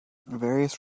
various